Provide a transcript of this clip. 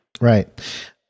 right